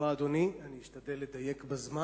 תודה רבה, אדוני, אני אשתדל לדייק בזמן.